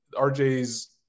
RJ's